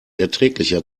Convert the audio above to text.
erträglicher